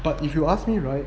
but if you ask me right